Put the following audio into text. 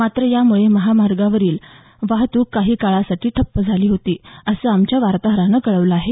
मात्र यामुळे महामार्गावरील वाहतूक काही काळासाठी ठप्प झाली होती असं आमच्या वार्ताहरानं कळवलं आहे